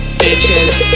bitches